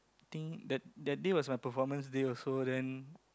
think that that day was my performance day also then